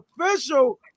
official